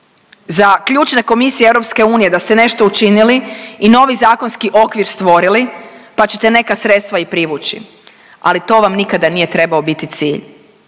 za ključne komisije EU da ste nešto učinili i novi zakonski okvir stvorili pa ćete neka sredstva i privući, ali to vam nikada nije trebao biti cilj.